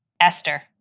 Esther